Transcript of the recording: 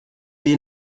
sie